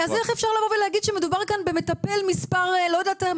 אז איך אפשר לבוא ולהגיד שמדובר כאן במטפל מספר לא יודעת,